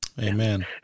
Amen